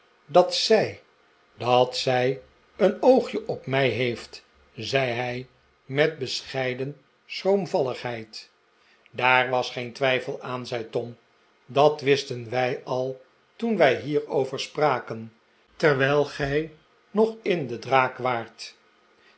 dat zij dat zij een oogje op mij heeft zei hij met bescheiden schroomvalligheid daar was geen twijfel aan zei tom dat wisten wij al toen wij hierover spraken terwijl gij nog in de draak waart